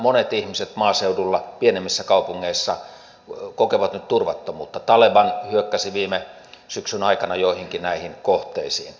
monet ihmiset maaseudulla pienemmissä kaupungeissa kokevat nyt turvattomuutta taleban hyökkäsi viime syksyn aikana joihinkin näihin kohteisiin